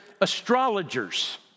astrologers